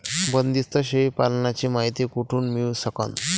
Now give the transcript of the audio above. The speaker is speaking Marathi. बंदीस्त शेळी पालनाची मायती कुठून मिळू सकन?